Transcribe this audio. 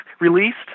released